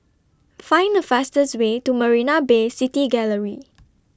Find The fastest Way to Marina Bay City Gallery